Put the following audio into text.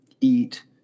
eat